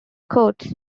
courts